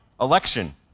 election